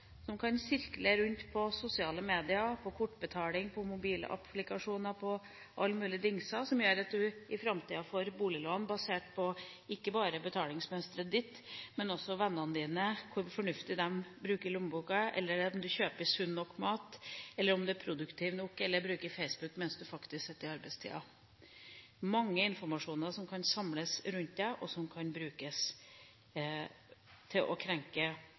som kan sirkle rundt på sosiale medier, på kortbetaling, på mobilapplikasjoner, på alle mulige dingser som gjør at du i framtida får boliglån basert ikke bare på betalingsmønsteret ditt, men også på hvor fornuftig vennene dine bruker lommeboka, om du kjøper sunn nok mat, om du er produktiv nok, eller bruker Facebook mens du faktisk sitter i arbeidstida. Det er mye informasjon som kan samles rundt det, og som kan brukes til å krenke